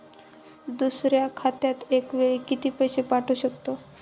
दुसऱ्या खात्यात एका वेळी किती पैसे पाठवू शकतो?